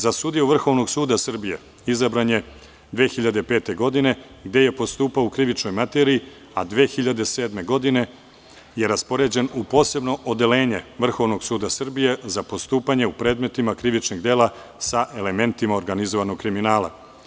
Za sudiju Vrhovnog suda Srbije izabran je 2005. godine, gde je postupao u krivičnoj materiji, a 2007. godine je raspoređen u posebno odeljenje Vrhovnog suda Srbije za postupanje u predmetima krivičnih dela sa elementima organizovanog kriminala.